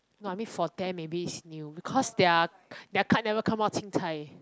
no I mean for ten maybe is new because their their can't never come out chin-cai